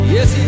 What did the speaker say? Yes